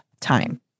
time